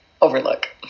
overlook